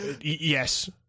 Yes